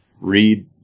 read